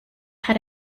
had